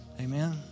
Amen